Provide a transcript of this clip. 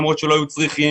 למרות שלא היו צריכים,